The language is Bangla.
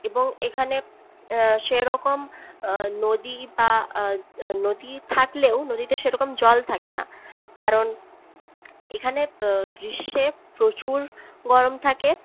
এবং এখানে সেরকম নদী বা নদী থাকলেও নদীতে সেরকম জল থাকে না কারণ এখানে গ্রীষ্মে প্রচুর গরম থাকে